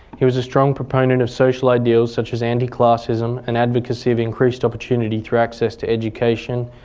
he was a strong proponent of social ideals such as anti-classism and advocacy of increased opportunity through access to education,